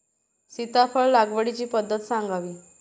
सीताफळ लागवडीची पद्धत सांगावी?